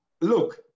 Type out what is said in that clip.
Look